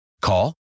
Call